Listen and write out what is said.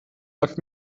nach